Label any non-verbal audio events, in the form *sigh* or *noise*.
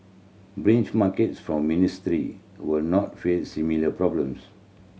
*unintelligible* markets from ministry will not face similar problems